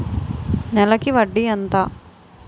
నెలకి వడ్డీ ఎంత?